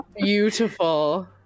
Beautiful